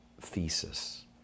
thesis